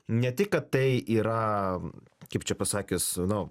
ne tik kad tai yra kaip čia pasakius nu